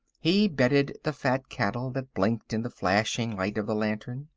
he bedded the fat cattle that blinked in the flashing light of the lantern.